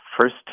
first